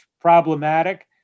problematic